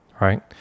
Right